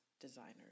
designers